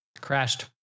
crashed